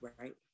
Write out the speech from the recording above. Right